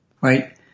right